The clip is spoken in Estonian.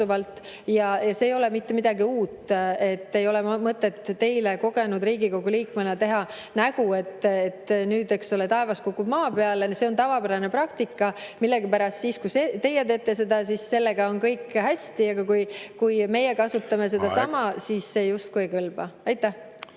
See ei ole mitte midagi uut. Nii et ei ole mõtet teil kogenud Riigikogu liikmena teha nägu, et nüüd, eks ole, taevas kukub maa peale. See on tavapärane praktika. Millegipärast siis, kui teie teete seda, siis on kõik hästi, aga kui meie kasutame sedasama, siis see justkui ei kõlba. Aitäh!